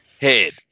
head